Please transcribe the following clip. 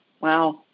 Wow